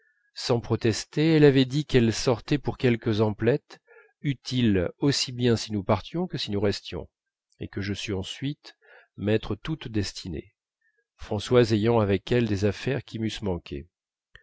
sans protester elle avait dit qu'elle sortait pour quelques emplettes utiles aussi bien si nous partions que si nous restions